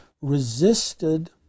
resisted